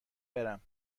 برم